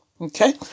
Okay